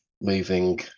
moving